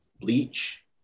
Bleach